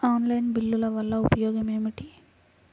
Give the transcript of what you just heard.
Online బిల్లుల వల్ల ఉపయోగమేమిటీ?